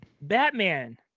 batman